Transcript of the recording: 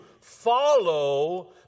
follow